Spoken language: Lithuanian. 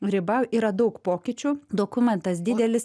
riba yra daug pokyčių dokumentas didelis